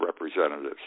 representatives